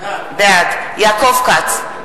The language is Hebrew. בעד יעקב כץ,